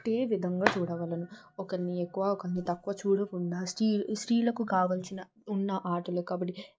ఒకటే విధంగా చూడాలి ఒకరిని ఎక్కువ ఒకరిని తక్కువ చూడకుండా స్త్రీ స్త్రీలకు కావాల్సిన ఉన్న ఆటలు కబడ్డీ